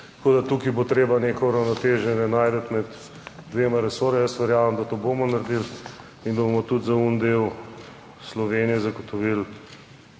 tako da tukaj bo treba neko uravnoteženje najti med dvema resorjema. Jaz verjamem, da to bomo naredili, in da bomo tudi za on del Slovenije zagotovili